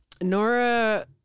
Nora